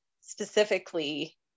specifically